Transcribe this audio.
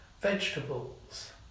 vegetables